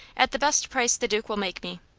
at the best price the duke will make me.